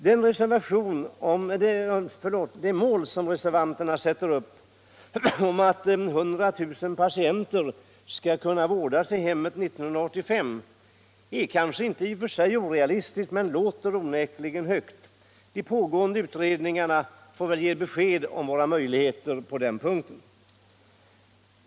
Det mål reservanterna sätter upp — att 100 000 patienter skall kunna vårdas i hemmen 1985 — är kanske inte i och för sig orealistiskt, men antalet låter onekligen högt. Men de pågående utredningarna får ge besked om våra möjligheter på den punkten.